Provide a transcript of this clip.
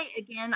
again